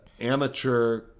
amateur